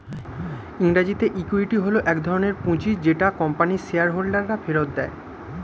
ইংরেজিতে ইক্যুইটি হল এক ধরণের পুঁজি যেটা কোম্পানির শেয়ার হোল্ডাররা ফেরত দেয়